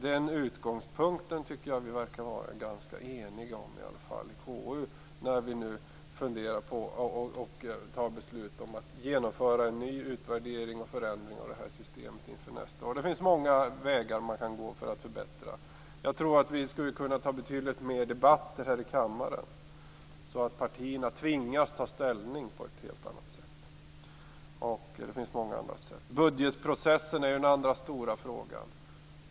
Den utgångspunkten tycker jag att vi verkar vara ganska eniga om i KU när vi nu fattar beslut om att genomföra en ny utvärdering och förändring av det här systemet inför nästa år. Det finns många vägar man kan gå för att förbättra. Jag tror att vi skulle kunna ha betydligt fler debatter här i kammaren så att partierna tvingas ta ställning på ett helt annat sätt. Det finns många andra sätt. Budgetprocessen är den andra stora frågan.